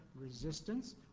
resistance